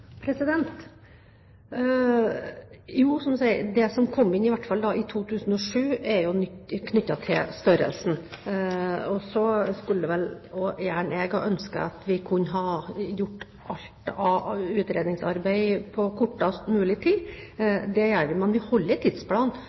Det som kom inn i 2007, som er nytt, er knyttet til størrelsen. Også jeg skulle gjerne ønske at vi kunne gjort alt av utredningsarbeid på kortest mulig tid, men vi holder tidsplanen som er skissert i Nasjonal transportplan; jeg gjentar det.